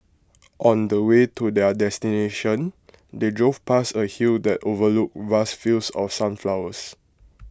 on the way to their destination they drove past A hill that overlooked vast fields of sunflowers